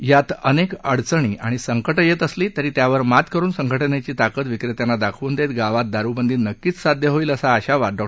यात अनेक अडचणी आणि संकटं येत असलीतरी यावर मात करून संघटनेची ताकद विक्रेत्यांना दाखवून देत गावात दारूबंदी नक्कीच साध्य होईल असा आशावाद डॉ